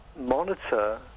monitor